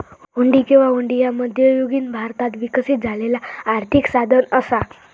हुंडी किंवा हुंडी ह्या मध्ययुगीन भारतात विकसित झालेला आर्थिक साधन असा